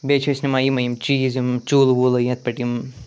بیٚیہِ چھِ أسۍ نِوان یِمٔے یِم چیٖز یِم چیٛوٗلہٕ ووٗلہٕ یَتھ پٮ۪ٹھ یِم